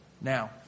Now